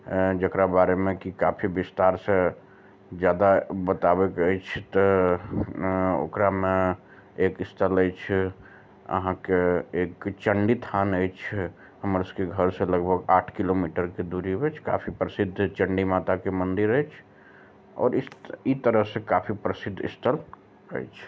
जेकरा बारेमे की काफी बिस्तार सऽ जादा बताबैके अछि तऽ ओकरामे एक स्थल अछि आहाँके एक चण्डीस्थान अछि हमर सबके घरसे लगभग आठ किलोमीटरके दूरी अछि काफी प्रसिद्ध चण्डी माता के मन्दिर अइछ और इस ई तरह से काफी प्रसिद्ध स्थल अइछ